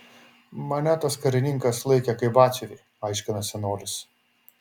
mane tas karininkas laikė kaip batsiuvį aiškina senolis